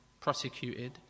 prosecuted